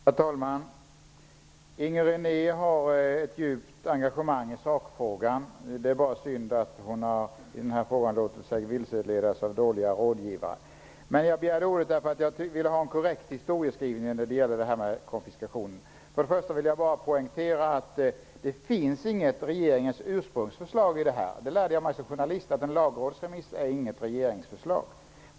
Herr talman! Inger René har ett djupt engagemang i sakfrågan. Det är bara synd att hon har låtit sig vilseledas av dåliga rådgivare. Jag begärde ordet därför att jag ville ge en korrekt historieskrivning när det gäller detta med konfiskation. Jag vill först poängtera att det inte finns något ursprungligt förslag från regeringen. Det lärde jag mig som journalist, att en lagrådsremiss inte är något regeringsförslag.